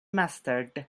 mustard